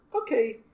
okay